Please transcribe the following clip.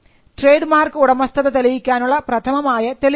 trade mark ഉടമസ്ഥത തെളിയിക്കാനുള്ള പ്രഥമമായ തെളിവാണ്